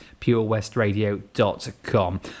purewestradio.com